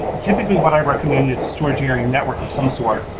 typically what i recommend is a storage area network of some sort,